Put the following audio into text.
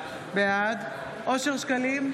בעד אושר שקלים,